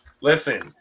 Listen